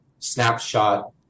snapshot